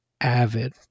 avid